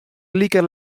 like